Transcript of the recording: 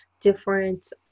different